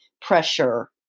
pressure